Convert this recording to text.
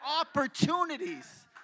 opportunities